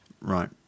Right